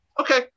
Okay